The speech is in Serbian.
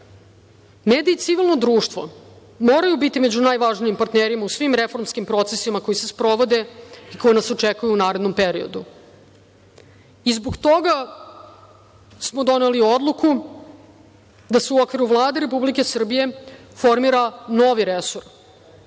zakona. Mediji i civilno društvo moraju biti među najvažnijim partnerima u svim reformskim procesima koji se sprovode i koji nas očekuju u narednom periodu. Zbog toga smo doneli odluku da se u okviru Vlade Republike Srbije formira novi resor,